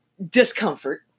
discomfort